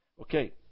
Okay